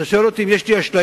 אתה שואל אותי אם יש לי אשליה,